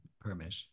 permit